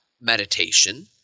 meditation